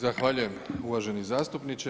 Zahvaljujem uvaženi zastupniče.